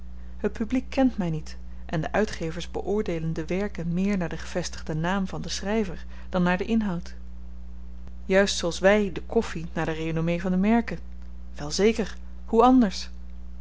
het publiek kent my niet en de uitgevers beoordeelen de werken meer naar den gevestigden naam van den schryver dan naar den inhoud juist zooals wy de koffi naar de renommee van de merken wel zeker hoe anders